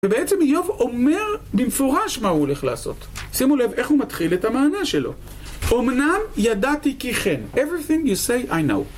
ובעצם איוב אומר במפורש מה הוא הולך לעשות. שימו לב איך הוא מתחיל את המענה שלו. אומנם ידעתי כי כן. Everything you say I know.